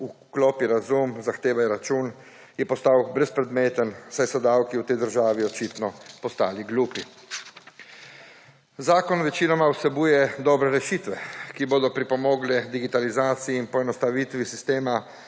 »Vklopi razum, zahtevaj račun« je postal brezpredmeten, saj so davki v tej državi očitno postali glupi. Zakon večinoma vsebuje dobre rešitve, ki bodo pripomogle k digitalizaciji in poenostavitvi sistema